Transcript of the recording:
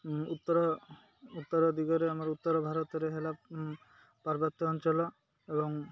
ଉତ୍ତର ଉତ୍ତର ଦିଗରେ ଆମର ଉତ୍ତର ଭାରତରେ ହେଲା ପାର୍ବତ୍ୟ ଅଞ୍ଚଳ ଏବଂ